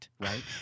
right